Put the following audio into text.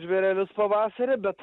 žvėrelius pavasarį bet